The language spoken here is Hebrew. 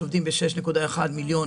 שעובדים ב-6.1 מיליון